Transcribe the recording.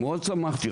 מאוד שמחתי,